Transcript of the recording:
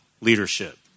leadership